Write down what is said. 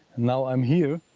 now i'm here.